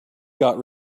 got